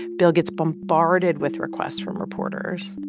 bill gets bombarded with requests from reporters.